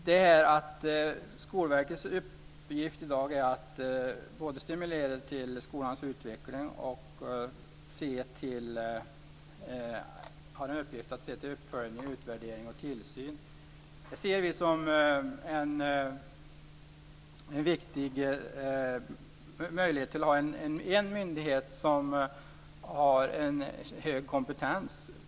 Fru talman! Skolverkets uppgift i dag är att både stimulera till skolans utveckling och se till uppföljning, utvärdering och tillsyn. Det ser vi som en möjlighet att ha en myndighet som har en hög kompetens.